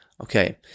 Okay